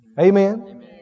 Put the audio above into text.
Amen